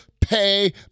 pay